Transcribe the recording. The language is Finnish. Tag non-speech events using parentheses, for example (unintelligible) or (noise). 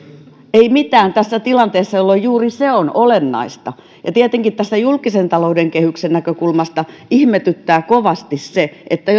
ei mitään tässä tilanteessa jolloin juuri se on olennaista tietenkin tästä julkisen talouden kehyksen näkökulmasta ihmetyttää kovasti se että (unintelligible)